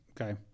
okay